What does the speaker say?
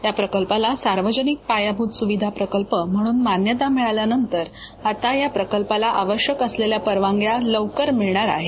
या प्रकल्पाला सार्वजनिक पायाभूत सुविधा प्रकल्प म्हणून मान्यता मिळाल्यानंतर आता या प्रकल्पाला आवश्यक असलेल्या परवानग्या लवकर मिळणार आहे